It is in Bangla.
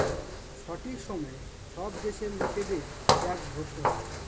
সঠিক সময়ে সব দেশের লোকেদের ট্যাক্স ভরতে হয়